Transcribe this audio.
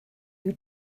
who